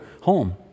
home